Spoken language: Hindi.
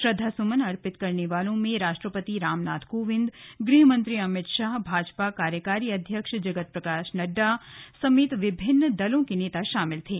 श्रद्वासुमन अर्पित करने वालों में राष्ट्रपति रामनाथ कोविंद गृहमंत्री अमित शाहभाजपा कार्यकारी अध्यक्ष जगतप्रकाश नड्डा समेत विभिन्न दलों के नेता शामिल थे